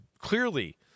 clearly